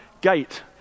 gate